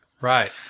Right